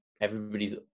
Everybody's